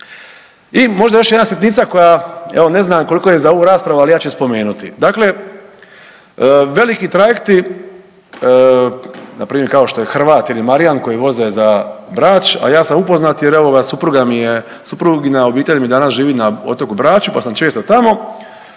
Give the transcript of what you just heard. I možda još jedna sitnica koja evo ne znam koliko je za ovu raspravu ali ja ću je spomenuti. Dakle, veliki trajekti npr. kao što je Hrvat ili Marijan koji voze za Brač, a ja sam upoznat jer evo ga supruga mi je, suprugina obitelj mi danas živi na otoku Braču pa sam često tamo,